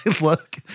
look